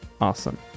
Awesome